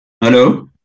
Hello